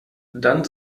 dann